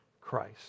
Christ